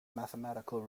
mathematical